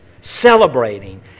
celebrating